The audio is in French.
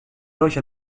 loge